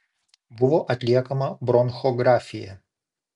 buvo atliekama bronchografija